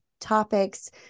topics